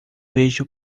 vejo